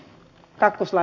kakkosla